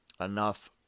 enough –